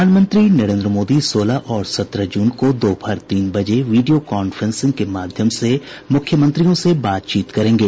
प्रधानमंत्री नरेन्द्र मोदी सोलह और सत्रह जून को दोपहर तीन बजे वीडियो कॉन्फ्रेंसिंग के माध्यम से मुख्यमंत्रियों से बातचीत करेंगे